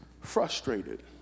frustrated